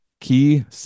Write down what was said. key